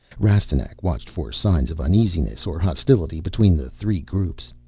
rastignac watched for signs of uneasiness or hostility between the three groups.